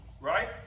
Right